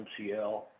MCL